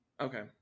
okay